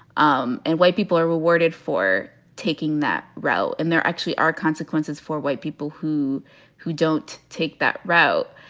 um and white people are rewarded for taking that route. and there actually are consequences for white people who who don't take that route.